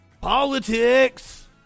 politics